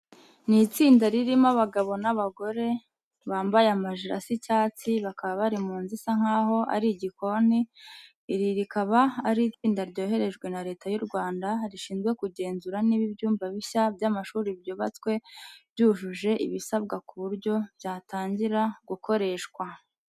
Ni itsinda ririmo abagabo n'abagore, bambaye amajire asa icyatsi, bakaba bari mu nzu isa nkaho ari igikoni. Iri rikaba ari itsinda ryoherejwe na Leta y'u Rwanda rishinzwe kugenzura niba ibyumba bishya by'amashuri byubatswe byujuje ibisabwa ku buryo byatangira gukoreshwa.